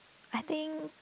I think